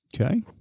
Okay